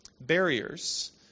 barriers